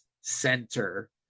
Center